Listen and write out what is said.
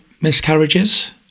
miscarriages